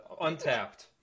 untapped